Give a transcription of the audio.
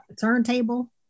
turntable